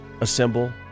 assemble